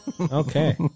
Okay